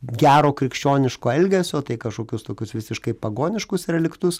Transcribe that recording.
gero krikščioniško elgesio tai kažkokius tokius visiškai pagoniškus reliktus